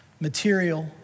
material